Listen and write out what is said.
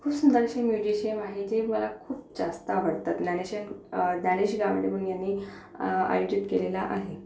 खूप सुंदर अशी म्युझिशम आहे ते मला जास्त आवडतात ज्ञानेशन ज्ञानेश गावंडी यांनी आयोजित केलेला आहे